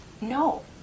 No